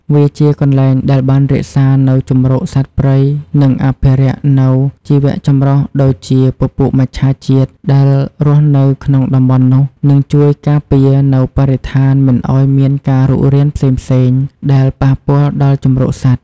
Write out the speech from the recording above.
វាជាកន្លែងដែលបានរក្សានៅជម្រកសត្វព្រៃនិងអភិរក្សនៅជីវៈចម្រុះដូចជាពពួកមច្ឆាជាតិដែលរស់នៅក្នុងតំបន់នោះនិងជួយការពារនៅបរិស្ថានមិនឲ្យមានការរុករានផ្សេងៗដែលប៉ះពាល់ដល់ជម្រកសត្វ។